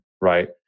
right